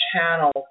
channel